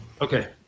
Okay